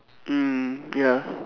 mm ya